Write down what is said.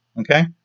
Okay